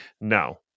No